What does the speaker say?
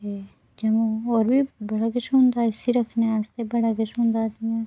ते जदूं होर बी बड़ा किश होंदा इसी रक्खने आस्तै बड़ा किश होेंदा जि'यां